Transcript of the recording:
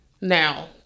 now